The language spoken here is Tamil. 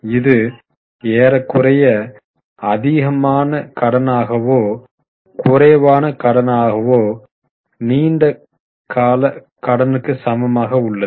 இது ஏறக்குறைய அதிகமான கடனாகவோ குறைவான கடனாகவோ நீண்ட கால கடனுக்கு சமமாக உள்ளது